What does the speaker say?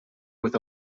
with